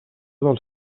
dels